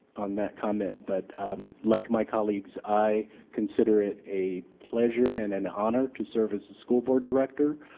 on that comment. but like my colleagues, i consider it a pleasure and an honor to serve as a school board director,